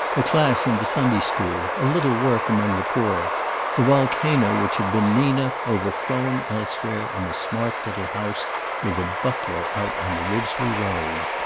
a class in the sunday school, a little work among the poor the volcano which had been nina overflowing elsewhere in a smart little house with a butler out on the ridgely road.